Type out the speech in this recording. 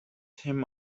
him